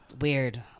weird